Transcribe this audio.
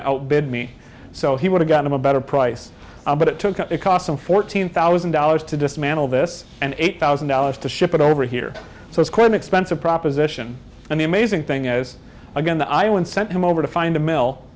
to outbid me so he would have got them a better price but it took it cost him fourteen thousand dollars to dismantle this and eight thousand dollars to ship it over here so it's quite an expensive proposition and the amazing thing is again the island sent him over to find a m